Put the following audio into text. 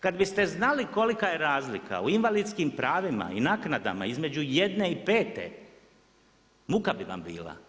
Kad bi ste znali kolika je razlika u invalidskim pravima i naknadama između jedne i pete, muka bi vam bila.